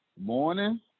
Morning